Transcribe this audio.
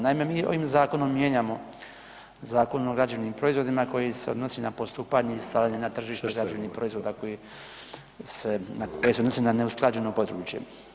Naime, mi ovim zakonom mijenjamo Zakon o građevnim proizvodima koji se odnosi na postupanje i stavljanje na tržište građevnih proizvoda koji se odnosi na neusklađeno područje.